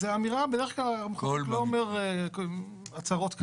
בדרך-כלל המחוקק לא אומר הצהרות כאלה.